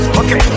okay